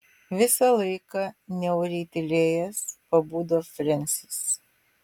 visą laiką niauriai tylėjęs pabudo frensis